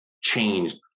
changed